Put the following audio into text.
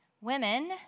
Women